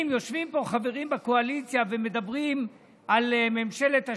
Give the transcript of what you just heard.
יושבים פה חברים בקואליציה ומדברים על ממשלת השינוי,